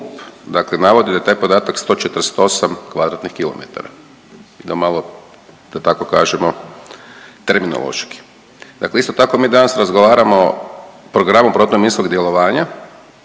dakle navodi da je taj podatak 148 kvadratnih kilometara i da malo, da tako kažemo terminološki. Dakle, isto tako mi danas razgovaramo o programu protuminskog djelovanja